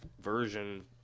version